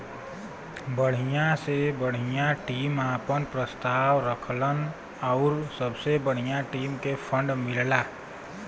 बढ़िया से बढ़िया टीम आपन प्रस्ताव रखलन आउर सबसे बढ़िया टीम के फ़ंड मिलला